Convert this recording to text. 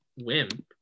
wimp